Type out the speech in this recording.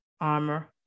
armor